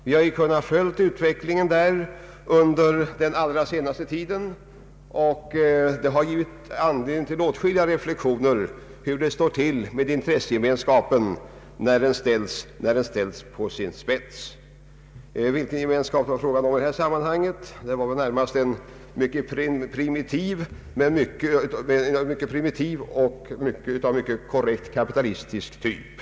Vi har kunnat följa utvecklingen under den allra senaste tiden, vilket givit anledning till åtskilliga reflexioner om hur det står till med ”intressegemenskapen” när den ställs på sin spets. Den enda gemenskap det var fråga om i detta sammanhang var närmast av mycket primitiv och mycket korrekt kapitalistisk typ.